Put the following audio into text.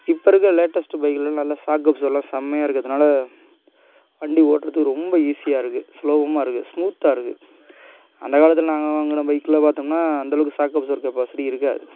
இப்போ இருக்கிற லேட்டஸ்ட்டு பைக்லலாம் நல்லா சாக்கப்ஸர்லாம் செமையாக இருக்கிறதுனால வண்டி ஓட்டுறதுக்கு ரொம்ப ஈஸியாக இருக்கு சுலபமாக இருக்கு ஸ்மூத்தாக இருக்கு அந்த காலத்தில் நாங்கள் வாங்கின பைக்ல பார்த்தோம்னா அந்தளவுக்கு சாக்கப்ஸர் இருக்கிற வசதி இருக்காது